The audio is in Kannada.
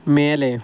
ಮೇಲೆ